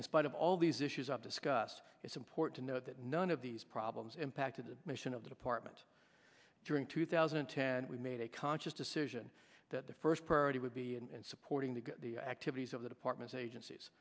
in spite of all these issues of discuss its import to know that none of these problems impacted the mission of the department during two thousand and ten we made a conscious decision that the first priority would be and supporting the activities of the departments agencies